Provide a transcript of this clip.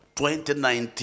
2019